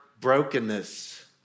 brokenness